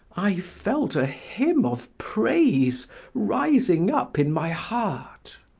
i felt a hymn of praise rising up in my heart.